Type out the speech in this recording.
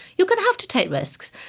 you're going to have to take risks.